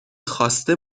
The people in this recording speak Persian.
خواسته